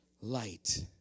Light